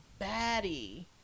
baddie